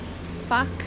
Fuck